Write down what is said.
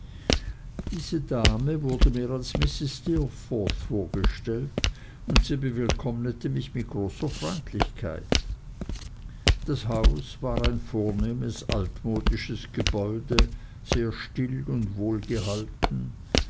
diese dame wurde mir als mrs steerforth vorgestellt und sie bewillkommnete mich mit großer freundlichkeit das haus war ein vornehmes altmodisches gebäude sehr still und